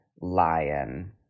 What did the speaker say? lion